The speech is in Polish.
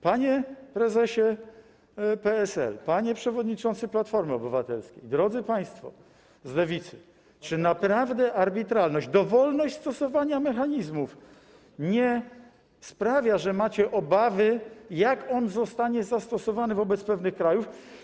Panie prezesie PSL, panie przewodniczący Platformy Obywatelskiej, drodzy państwo z Lewicy, czy naprawdę arbitralność, dowolność stosowania mechanizmu nie sprawia, że macie obawy, jak on zostanie zastosowany wobec pewnych krajów?